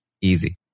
easy